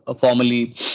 formally